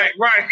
right